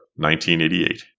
1988